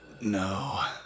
no